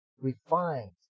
refined